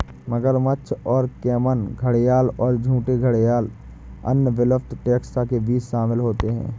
मगरमच्छ और कैमन घड़ियाल और झूठे घड़ियाल अन्य विलुप्त टैक्सा के बीच शामिल होते हैं